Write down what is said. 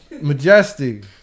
Majestic